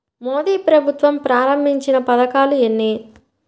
మోదీ ప్రభుత్వం ప్రారంభించిన పథకాలు ఎన్ని?